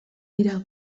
dira